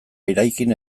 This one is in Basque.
eraikin